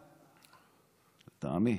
לטעמי,